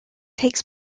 takes